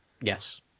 Yes